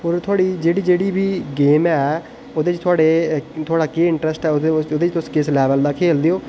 होर थुहाड़ी जेह्ड़ी जेह्ड़ी बी गेम ऐ ओह्दे थुहाढ़ा केह् इंटरैस्ट ऐ थुहाढ़ा ओह्दे ई तुस किस लेवल दा खेढदे ओ